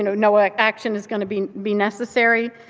you know know what action is going to be be necessary,